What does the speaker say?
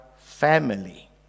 family